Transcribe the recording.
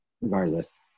regardless